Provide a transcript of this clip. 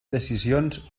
decisions